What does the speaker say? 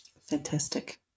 Fantastic